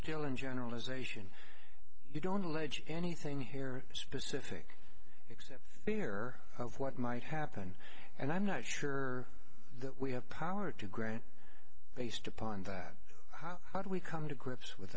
still in generalization you don't allege anything here specific here of what might happen and i'm not sure that we have power to grant based upon that how do we come to grips with